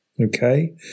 Okay